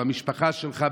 במשפחה שלך,